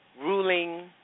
ruling